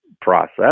process